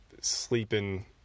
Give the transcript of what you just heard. sleeping